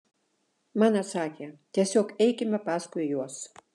man atsakė tiesiog eikime paskui juos